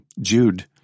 Jude